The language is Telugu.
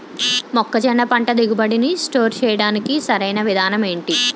మొక్కజొన్న పంట దిగుబడి నీ స్టోర్ చేయడానికి సరియైన విధానం ఎంటి?